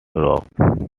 rogue